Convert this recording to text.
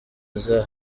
aza